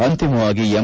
ಅಂತಿಮವಾಗಿ ಎಂ